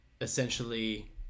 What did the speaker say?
essentially